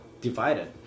divided